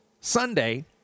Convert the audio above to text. Sunday